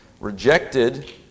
rejected